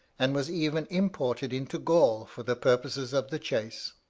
and was even imported into gaul for the purposes of the chase.